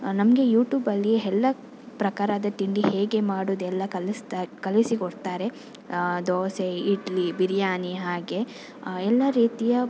ನಮಗೆ ಯೂಟ್ಯೂಬಲ್ಲಿ ಎಲ್ಲ ಪ್ರಕಾರದ ತಿಂಡಿ ಹೇಗೆ ಮಾಡುವುದು ಎಲ್ಲ ಕಲಸ್ತ ಕಲಿಸಿಕೊಡ್ತಾರೆ ದೋಸೆ ಇಡ್ಲಿ ಬಿರಿಯಾನಿ ಹಾಗೆ ಎಲ್ಲ ರೀತಿಯ